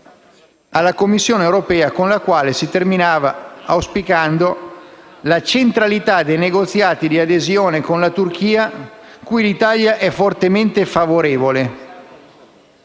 alla Commissione europea una risoluzione che terminava con l'auspicio della centralità dei negoziati di adesione con la Turchia, cui l'Italia è fortemente favorevole: